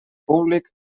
públic